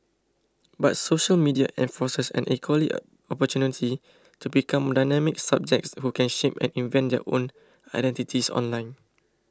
but social media enforces an equal opportunity to become dynamic subjects who can shape and invent their own identities online